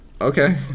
Okay